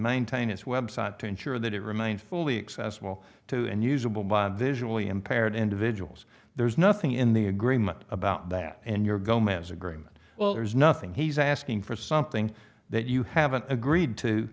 maintain his website to ensure that it remained fully accessible to and usable by visually impaired individuals there's nothing in the agreement about that and your goal may as agreement well there's nothing he's asking for something that you haven't agreed to